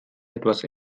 etwas